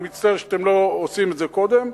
אני מצטער שאתם לא עושים את זה קודם,